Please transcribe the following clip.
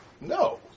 no